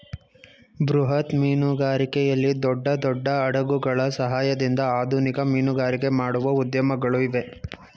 ಬೃಹತ್ ಮೀನುಗಾರಿಕೆಯಲ್ಲಿ ದೊಡ್ಡ ದೊಡ್ಡ ಹಡಗುಗಳ ಸಹಾಯದಿಂದ ಆಧುನಿಕ ಮೀನುಗಾರಿಕೆ ಮಾಡುವ ಉದ್ಯಮಗಳು ಇವೆ